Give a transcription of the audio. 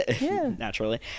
naturally